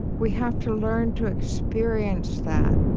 we have to learn to experience that